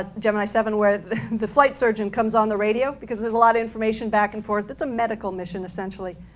gemini seven, where the flight surgeon comes on the radio, because there is a lot of information back and forth, it's a medical mission essentially.